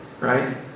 right